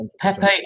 Pepe